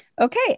Okay